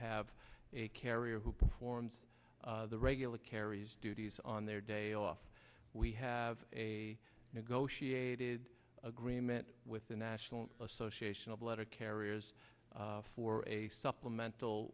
have a carrier who performs the regular carries duties on their day off we have a negotiated agreement with the national association of letter carriers for a supplemental